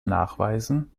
nachweisen